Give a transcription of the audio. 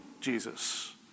Jesus